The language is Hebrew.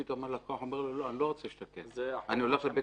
ופתאום הלקוח אומר לו: לא רוצה לתקן - הולך לבית